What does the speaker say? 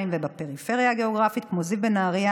ובפריפריה הגיאוגרפית כמו זיו ונהריה